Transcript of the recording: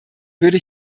würde